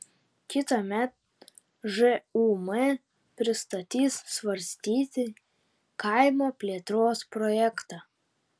kitąmet žūm pristatys svarstyti kaimo plėtros projektą